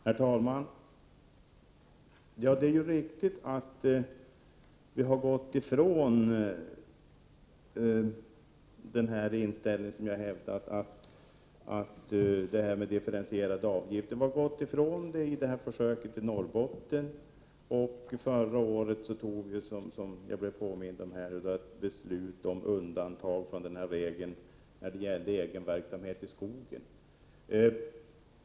Herr talman! Det är riktigt att vi har gått ifrån vår tidigare inställning till differentierade avgifter. Den har ändrats av försöket i Norrbotten, och som jag blev påmind om fattade riksdagen förra året ett beslut om undantag från denna regel när det gällde egenverksamhet i skogen.